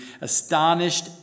astonished